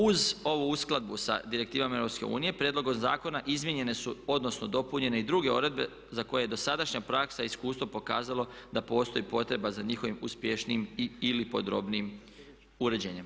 Uz ovu uskladbu sa direktivama EU, prijedlogom zakona izmijenjene su, odnosno dopunjene i druge odredbe za koje je dosadašnja praksa i iskustvo pokazalo da postoji potreba za njihovim uspješnijim i/ili podrobnijim uređenjem.